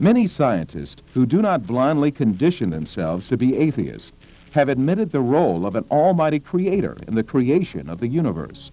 many scientists who do not blindly condition themselves to be atheist have admitted the role of an almighty creator in the creation of the universe